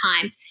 time